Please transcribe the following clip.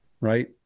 right